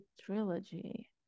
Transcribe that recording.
trilogy